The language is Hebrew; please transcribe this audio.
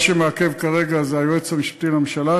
מה שמעכב כרגע זה היועץ המשפטי לממשלה,